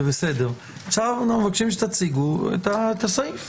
אנחנו מבקשים שתציגו את הסעיף.